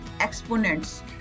exponents